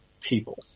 People